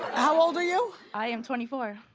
how old are you? i am twenty four.